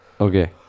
Okay